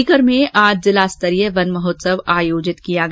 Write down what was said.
सीकर में आज जिलास्तरीय वन महोत्सव आयोजित किया गया